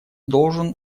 должен